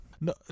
No